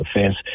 offense